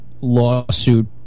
lawsuit